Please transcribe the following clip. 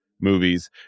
movies